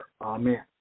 Amen